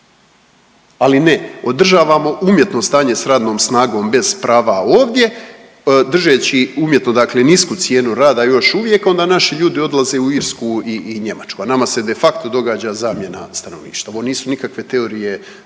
Ali ne, održavamo umjetno stanje s radnom snagom bez prava ovdje držeći umjetno dakle nisku cijenu rada još uvijek, onda naši ljudi odlaze u Irsku i Njemačku, a nama se de facto događa zamjena stanovništva. Ovo nisu nikakve teorije zavjere